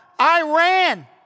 Iran